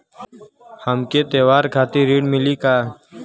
हमके त्योहार खातिर ऋण मिली का?